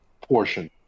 portion